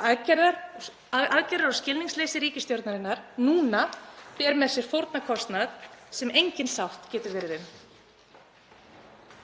að aðgerðar- og skilningsleysi ríkisstjórnarinnar núna ber með sér fórnarkostnað sem engin sátt getur verið um.